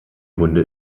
hunde